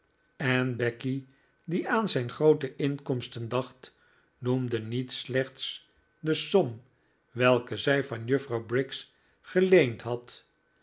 en becky die aan zijn groote inkomsten dacht noemde niet slechts de som welke zij van juffrouw briggs geleend had